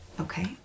Okay